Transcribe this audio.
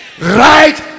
Right